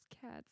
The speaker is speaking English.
Cats